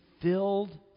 filled